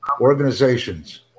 organizations